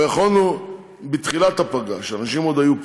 יכולנו בתחילת הפגרה, כשאנשים עוד היו פה.